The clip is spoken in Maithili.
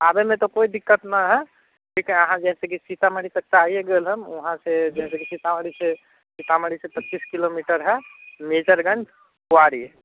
आबैमे तऽ कोइ दिक्कत नहि हइ ठीक हइ अहाँ जइसे कि सीतामढ़ी तक आबिए गेल हैब वहाँसँ जइसे कि सीतामढ़ीसँ पच्चीस किलोमीटर हइ मेजरगञ्ज कुवारी